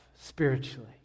spiritually